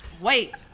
Wait